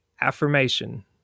Affirmation